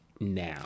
Now